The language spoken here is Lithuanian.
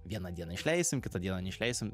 vieną dieną išleisim kitą dieną neišleisim